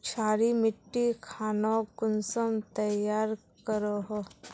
क्षारी मिट्टी खानोक कुंसम तैयार करोहो?